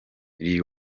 lil